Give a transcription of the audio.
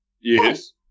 Yes